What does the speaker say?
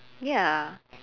ya